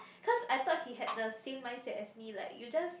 because I thought he has the same mindset as me like you just